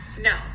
No